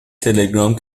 تلگرام